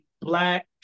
black